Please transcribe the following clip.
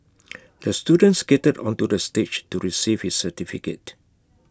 the student skated onto the stage to receive his certificate